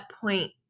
point